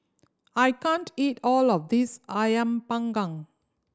I can't eat all of this Ayam Panggang